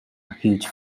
huge